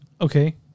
Okay